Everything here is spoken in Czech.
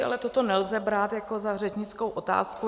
Ale toto nelze brát jako řečnickou otázku.